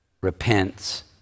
repents